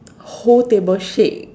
whole table shake